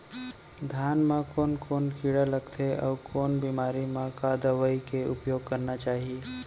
धान म कोन कोन कीड़ा लगथे अऊ कोन बेमारी म का दवई के उपयोग करना चाही?